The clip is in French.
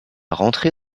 rentrée